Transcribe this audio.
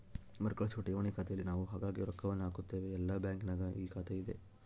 ಮರುಕಳಿಸುವ ಠೇವಣಿಯ ಖಾತೆಯಲ್ಲಿ ನಾವು ಆಗಾಗ್ಗೆ ರೊಕ್ಕವನ್ನು ಹಾಕುತ್ತೇವೆ, ಎಲ್ಲ ಬ್ಯಾಂಕಿನಗ ಈ ಖಾತೆಯಿದೆ